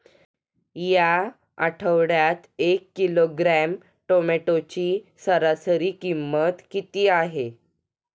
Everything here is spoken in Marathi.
या आठवड्यात एक किलोग्रॅम टोमॅटोची सरासरी किंमत किती आहे?